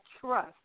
trust